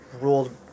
ruled